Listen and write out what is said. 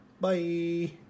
Bye